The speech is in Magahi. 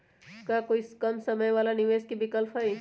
का कोई कम समय वाला निवेस के विकल्प हई?